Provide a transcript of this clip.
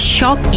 Shock